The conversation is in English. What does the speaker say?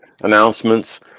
announcements